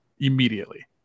immediately